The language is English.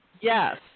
Yes